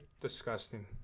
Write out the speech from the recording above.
Disgusting